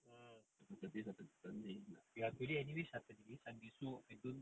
macam saturday sunday nak